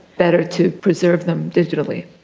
better to preserve them digitally.